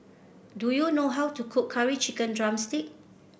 do you know how to cook Curry Chicken drumstick